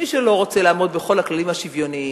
מי שלא רוצה לעמוד בכל הכללים השוויוניים,